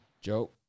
Joe